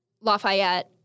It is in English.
Lafayette